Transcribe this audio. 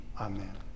Amen